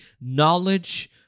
knowledge